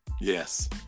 Yes